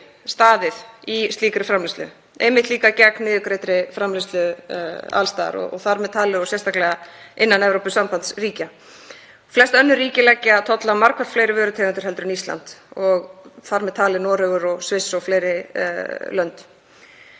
staðið í slíkri framleiðslu líka gegn niðurgreiddri framleiðslu alls staðar og þar með talið og sérstaklega innan Evrópusambandsríkja. Flest önnur ríki leggja tolla á margfalt fleiri vörutegundir en Ísland, þar með talin Noregur og Sviss og fleiri lönd.